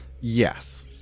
Yes